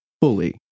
fully